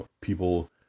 people